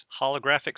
holographic